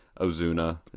Ozuna